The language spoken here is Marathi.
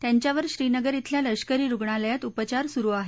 त्यांच्यावर श्रीनगर इथल्या लष्करी रुग्णालयात उपचार सुरु आहेत